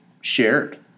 shared